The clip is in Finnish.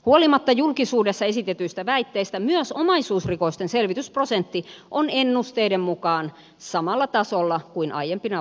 huolimatta julkisuudessa esitetyistä väitteistä myös omaisuusrikosten selvitysprosentti on ennusteiden mukaan samalla tasolla kuin aiempina vuosina